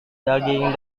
daging